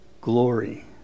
glory